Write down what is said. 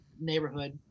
neighborhood